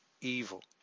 evil